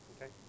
okay